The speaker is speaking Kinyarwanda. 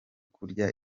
kurya